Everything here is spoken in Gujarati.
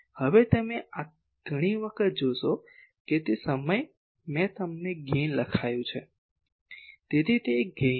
હવે તમે ઘણી વખત જોશો કે તે સમય મેં તમને ગેઇન લખાયું છે તેથી તે એક ગેઇન છે